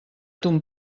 ton